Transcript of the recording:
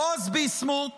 בועז ביסמוט